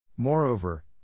Moreover